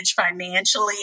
financially